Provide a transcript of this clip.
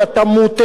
אתה לא יודע מה.